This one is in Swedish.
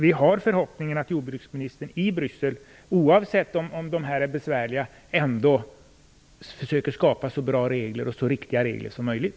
Vi har förhoppningen att jordbruksministern i Bryssel, oavsett om det är besvärligt, försöker skapa så bra och riktiga regler som möjligt.